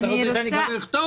אתה רוצה שאני גם לא אכתוב?